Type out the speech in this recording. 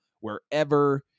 wherever